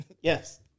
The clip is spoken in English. Yes